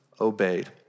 obeyed